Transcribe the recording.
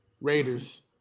Raiders